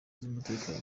z’umutekano